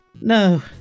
No